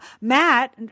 Matt